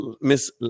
Miss